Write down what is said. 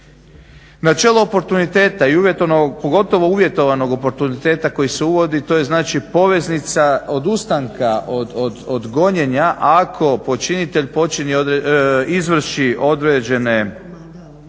Načelo oportuniteta i pogotovo uvjetovanog oportuniteta koji se uvodi, to je znači poveznica odustanka od gonjenja ako počinitelj počini izvrši određene